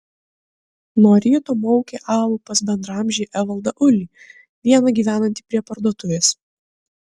nuo ryto maukė alų pas bendraamžį evaldą ulį vieną gyvenantį prie parduotuvės